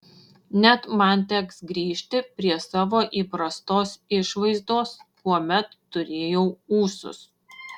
net man teks grįžti prie savo įprastos išvaizdos kuomet turėjau ūsus